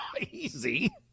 Easy